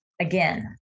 Again